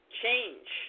change